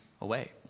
away